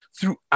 throughout